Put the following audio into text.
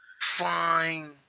fine